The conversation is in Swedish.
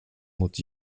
mot